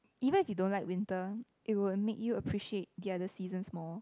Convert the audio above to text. even if you don't like winter it will make you appreciate the other seasons more